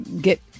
get